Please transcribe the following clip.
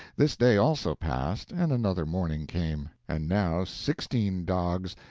this day also passed, and another morning came and now sixteen dogs,